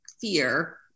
fear